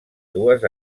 dues